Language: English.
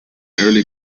early